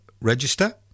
register